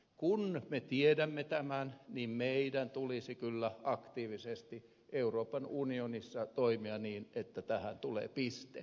kun me tiedämme tämän meidän tulisi kyllä aktiivisesti euroopan unionissa toimia niin että tähän tulee piste